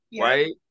right